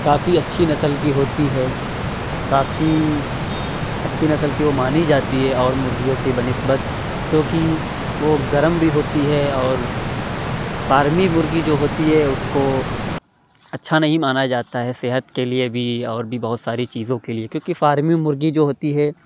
کافی اچھی نسل کی ہوتی ہے کافی اچھی نسل کی وہ مانی جاتی ہے اور مرغیوں کے بہ نسبت کیوں کہ وہ گرم بھی ہوتی ہے اور فارمی مرغی جو ہوتی ہے اُس کو اچھا نہیں مانا جاتا ہے صحت کے لیے بھی اور بھی بہت ساری چیزوں کے لیے کیوں کہ فارمی مرغی جو ہوتی ہے